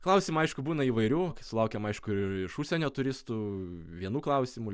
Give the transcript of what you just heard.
klausimų aišku būna įvairių kai sulaukiam aišku ir iš užsienio turistų vienų klausimų